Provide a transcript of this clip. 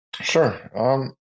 Sure